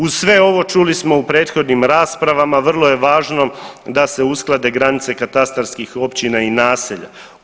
Uz sve ovo čuli smo u prethodnim rasprava vrlo je važno da se usklade granice katastarskih općina i naselja.